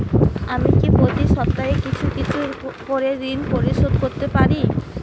আমি কি প্রতি সপ্তাহে কিছু কিছু করে ঋন পরিশোধ করতে পারি?